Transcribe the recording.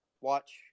watch